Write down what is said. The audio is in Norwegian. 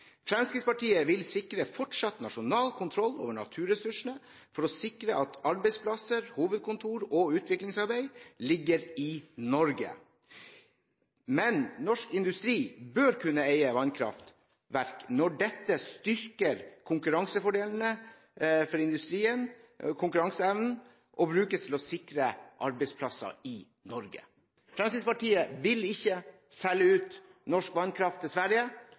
Fremskrittspartiet vil sikre fortsatt nasjonal kontroll over naturressursene for å sikre at arbeidsplasser, hovedkontor og utviklingsarbeid ligger i Norge. Men norsk industri bør kunne eie vannkraft – merk – når dette styrker konkurranseevnen for industrien og brukes til å sikre arbeidsplasser i Norge. Fremskrittspartiet vil ikke selge ut norsk vannkraft til Sverige